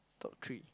top three